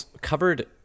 covered